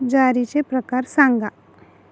ज्वारीचे प्रकार सांगा